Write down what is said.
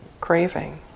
craving